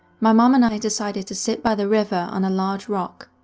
my mom and i decided to sit by the river on a large rock,